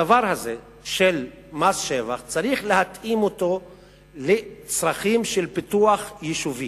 שאת הדבר הזה של מס שבח צריך להתאים לצרכים של פיתוח יישובי.